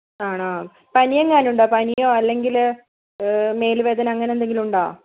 ആണോ പനിയെങ്ങാനും ഉണ്ടോ പനിയോ അല്ലെങ്കിൽ മേല് വേദന അങ്ങനെ എന്തെങ്കിലും ഉണ്ടോ